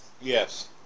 Yes